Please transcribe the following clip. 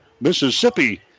Mississippi